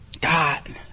God